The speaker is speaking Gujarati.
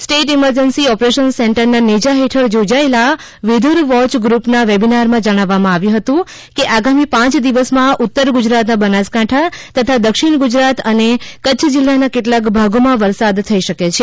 સ્ટેટ ઇમરજન્સી ઓપરેશન સેન્ટરના નેજા હેઠળ યોજાયેલા વેધર વોચ ગૃપનના વેબીનારમાં જણાવવા માં આવ્યું હતું કે આગામી પાંચ દિવસમાં ઉત્તર ગુજરાતના બનાસકાંઠા તથા દક્ષિણ ગુજરાત અને કચ્છ જિલ્લાના કેટલાક ભાગોમાં વરસાદ થઇ શકે છે